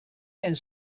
and